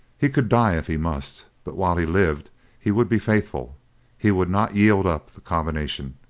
he could die, if he must, but while he lived he would be faithful he would not yield up the combination.